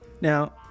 Now